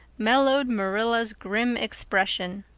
mellowed marilla's grim expression.